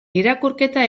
irakurketa